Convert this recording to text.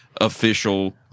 official